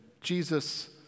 Jesus